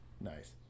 Nice